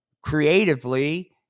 creatively